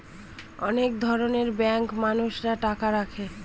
অনেক ধরনের ব্যাঙ্কে মানুষরা টাকা রাখে